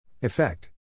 Effect